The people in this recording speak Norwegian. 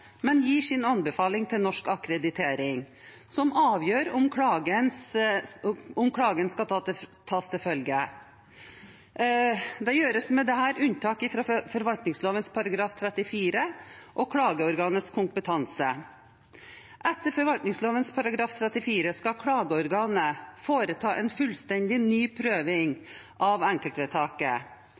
men gir sin anbefaling til Norsk akkreditering, som avgjør om klagen skal tas til følge. Det gjøres med dette unntak fra forvaltningsloven § 34 og klageorganets kompetanse. Etter forvaltningsloven § 34 skal klageorganet foreta en fullstendig ny prøving av enkeltvedtaket.